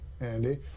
Andy